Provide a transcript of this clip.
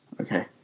Okay